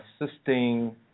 assisting